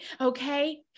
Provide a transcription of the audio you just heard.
Okay